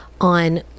on